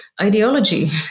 ideology